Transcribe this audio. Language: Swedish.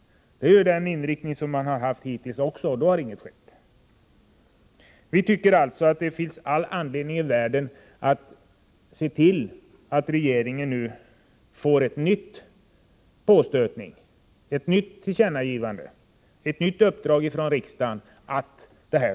Det är den inriktning som man har haft hittills också, och då har inget skett. Vi tycker alltså att det finns all anledning i världen att se till att regeringen nu får en ny påstötning, ett nytt tillkännagivande, ett nytt uppdrag från riksdagen.